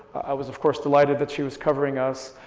i was, of course, delighted that she was covering us.